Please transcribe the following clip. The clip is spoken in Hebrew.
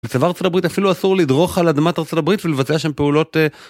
בצבא ארצות הברית אפילו אסור לדרוך על אדמת ארצות הברית ולבצע שם פעולות...